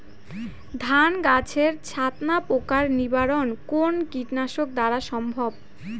ধান গাছের ছাতনা পোকার নিবারণ কোন কীটনাশক দ্বারা সম্ভব?